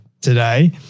today